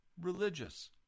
religious